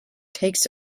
takes